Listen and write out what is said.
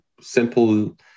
simple